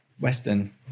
Western